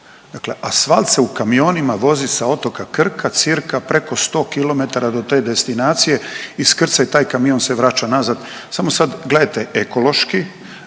dakle asfalt se u kamionima vozi sa otoka Krka cca. preko 100 km do te destinacije, iskrcaj, taj kamion se vraća nazad, samo sad gledajte ekološki,